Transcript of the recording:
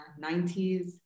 90s